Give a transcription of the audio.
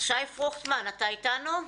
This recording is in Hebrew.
שי פרוכטמן, אתה איתנו?